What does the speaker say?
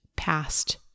past